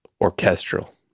orchestral